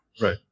Right